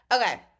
Okay